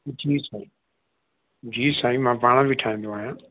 जी sir जी साईं मां पाण बि ठाहींदो आहियां